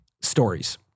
stories